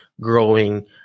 growing